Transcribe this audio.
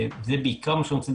וזה בעיקר מה שאנחנו רוצים לדבר,